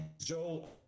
Joe